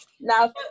Now